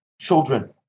Children